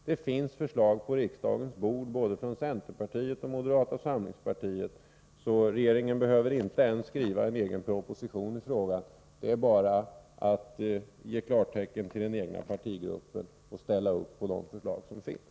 Det finns förslag på riksdagens bord både från centerpartiet och från moderata samlingspartiet, så regeringen behöver inte ens skriva en egen proposition i frågan. Det är bara att ge klartecken till den egna partigruppen och ställa upp bakom de förslag som finns.